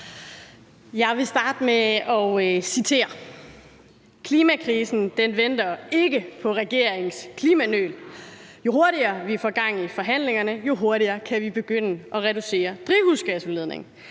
Jeg vil starte med at citere: »Klimakrisen venter ikke på regeringens klimanøl. Jo hurtigere vi får gang i forhandlingerne, jo hurtigere kan vi begynde at reducere drivhusgasudledningen.«